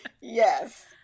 Yes